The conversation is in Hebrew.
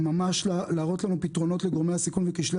יראו לנו פתרונות לגורמי הסיכון וכשלי